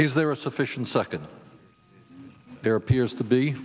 is there a sufficient second there appears to be